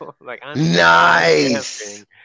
Nice